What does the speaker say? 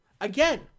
Again